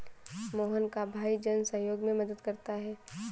मोहन का भाई जन सहयोग में मदद करता है